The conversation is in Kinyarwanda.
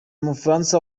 mufaransa